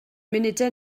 munudau